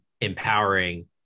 empowering